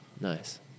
nice